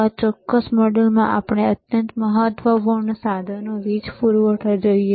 તો આ ચોક્કસ મોડ્યુલમાં આપણે અત્યંત મહત્વપૂર્ણ સાધનો વીજ પૂરવઠો જોઈએ